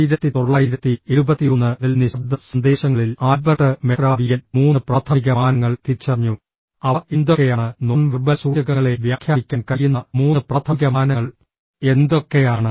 1971ൽ നിശബ്ദ സന്ദേശങ്ങളിൽ Albert Mehrabian മൂന്ന് പ്രാഥമിക മാനങ്ങൾ തിരിച്ചറിഞ്ഞു അവ എന്തൊക്കെയാണ് നോൺ വെർബൽ സൂചകങ്ങളെ വ്യാഖ്യാനിക്കാൻ കഴിയുന്ന മൂന്ന് പ്രാഥമിക മാനങ്ങൾ എന്തൊക്കെയാണ്